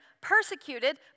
persecuted